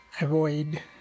avoid